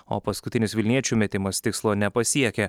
o paskutinis vilniečių metimas tikslo nepasiekė